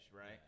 right